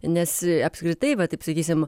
nes apskritai va taip sakysim